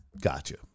Gotcha